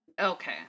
Okay